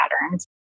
patterns